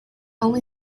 only